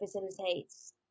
facilitates